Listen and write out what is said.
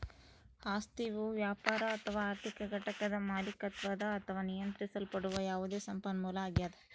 ಆಸ್ತಿಯು ವ್ಯಾಪಾರ ಅಥವಾ ಆರ್ಥಿಕ ಘಟಕದ ಮಾಲೀಕತ್ವದ ಅಥವಾ ನಿಯಂತ್ರಿಸಲ್ಪಡುವ ಯಾವುದೇ ಸಂಪನ್ಮೂಲ ಆಗ್ಯದ